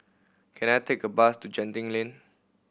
can I take a bus to Genting Lane